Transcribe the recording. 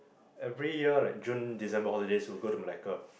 every year like June December holidays we will go to Malacca